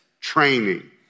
training